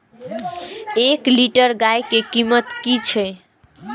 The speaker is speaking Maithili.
एक लीटर गाय के कीमत कि छै?